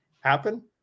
happen